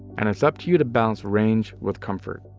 and it's up to you to balance range with comfort.